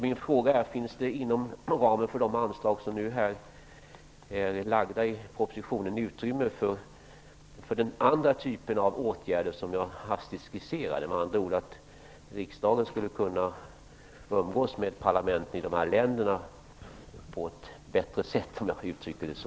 Min fråga är: Finns det inom ramen för de anslag som nu är lagda i propositionen utrymme för den typ av åtgärder som jag här hastigt har skisserat? Med andra ord: Finns det utrymme för att riksdagen skulle kunna umgås med parlamenten i Öst och Centraleuropa på ett bättre sätt, om jag får uttrycka det så?